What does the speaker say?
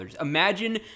Imagine